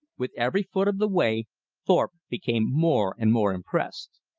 with every foot of the way thorpe became more and more impressed.